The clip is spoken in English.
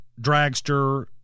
dragster